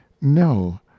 no